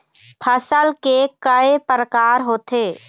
फसल के कय प्रकार होथे?